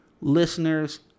Listeners